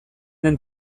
den